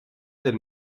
del